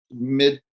mid